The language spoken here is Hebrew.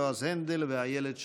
יועז הנדל ואיילת שקד.